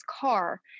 car